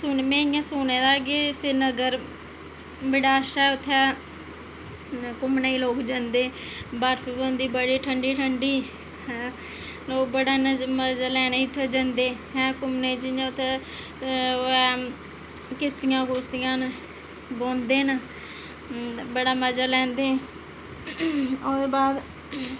में इंया सुने दा कि सिरीनगर बड़ा अच्छा ऐ उत्थै घुम्मने गी लोक जंदे बर्फ पौंदी उत्थै बड़ी ठंडी ठंडी लोक बड़ा मज़ा लैने गी उत्थै जंदे घुम्मने गी जियां उत्थै किश्तियां न बौंहदे न बड़ा मज़ा लैंदे ओह्दे बाद